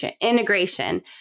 integration